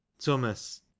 Thomas